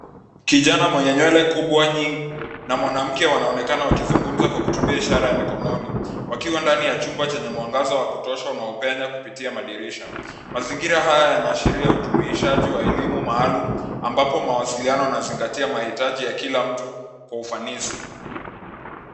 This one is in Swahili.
Kijana mwenye nywele kubwa nyingi, na mwanamke wanaonekana wakizungumza kwa kutumia ishara ya mikononi, wakiwa ndani ya chumba chenye mwangaza wa kutosha unaopenya kupitia madirisha. Mazingira haya yanaashiria ujumuishaji wa elimu maalum ambapo mawasiliano unazingatia mahitaji ya kila mtu kwa ufanisi.